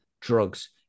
drugs